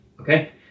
Okay